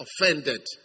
offended